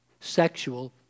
sexual